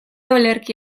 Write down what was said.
olerki